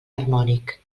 harmònic